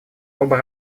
оба